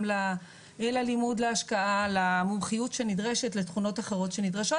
ללימוד ולהשקעה וגם למומחיות שנדרשת ולתכונות אחרות שנדרשות,